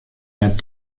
net